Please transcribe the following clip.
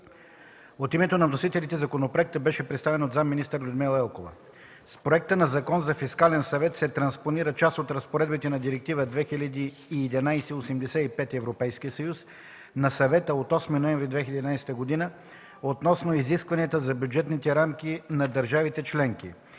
От името на вносителите законопроектът беше представен от заместник-министър Людмила Елкова. С проекта на Закон за Фискален съвет се транспонира част от разпоредбите на Директива 2011/85/ЕС на Съвета от 8 ноември 2011 г. относно изискванията за бюджетните рамки на държавите членки.